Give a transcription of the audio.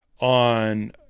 on